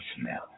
smell